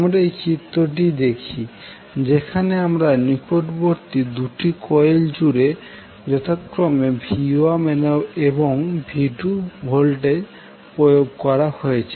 আমরা এই চিত্রটি দেখি যেখানে আমাদের নিকটবর্তী 2 টি কয়েল জুড়ে যথাক্রমে v1 এবং v2 ভোল্টেজ প্রয়োগ করা হয়েছে